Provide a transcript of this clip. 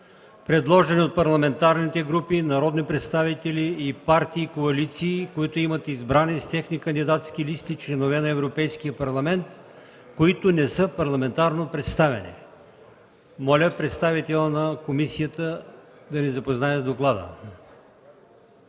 предложени от парламентарните групи, народни представители и партии и коалиции, които имат избрани с техни кандидатски листи членове на Европейския парламент, които не са парламентарно представени. Моля представител на комисията да ни запознае с доклада.